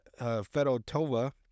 Fedotova